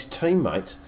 teammates